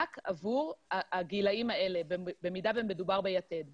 עבור הגילאים האלה במידה ומדובר ביתד.